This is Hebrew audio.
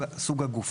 הגוף.